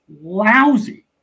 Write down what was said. lousy